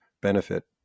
benefit